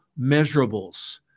measurables